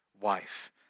wife